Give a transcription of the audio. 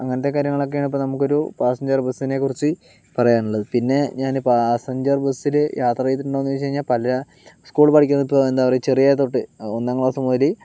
അങ്ങനത്തെ കാര്യങ്ങളൊക്കെയാണ് ഇപ്പോൾ നമുക്കൊരു പാസഞ്ചർ ബസ്സിനെ കുറിച്ച് പറയാനുള്ളത് പിന്നെ ഞാൻ പാസഞ്ചർ ബസ്സിൽ യാത്ര ചെയ്തിട്ടുണ്ടോയെന്ന് ചോദിച്ചു കഴിഞ്ഞാൽ പല സ്കൂളിൽ പഠിക്കുന്ന ഇപ്പോൾ എന്താ പറയുക ചെറിയ തൊട്ട് ഒന്നാം ക്ലാസ്സ് മുതൽ